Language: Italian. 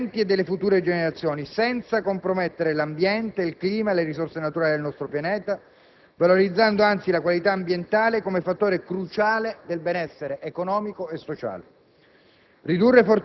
delle presenti e future generazioni, senza compromettere l'ambiente, il clima, le risorse naturali del nostro pianeta, valorizzando anzi la qualità ambientale come fattore cruciale del benessere economico e sociale.